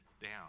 down